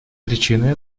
причины